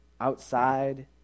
outside